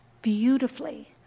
beautifully